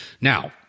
Now